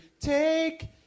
Take